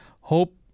hope